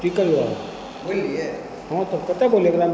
ठीक हुआ हाँ तब केत्ता बोलै के रहन